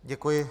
Děkuji.